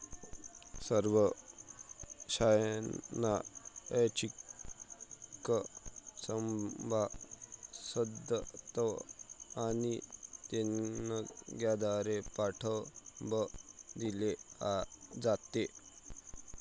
सर्व शाळांना ऐच्छिक सभासदत्व आणि देणग्यांद्वारे पाठबळ दिले जाते